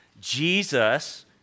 Jesus